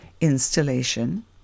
installation